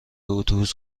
اتوبوس